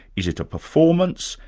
is it a performance,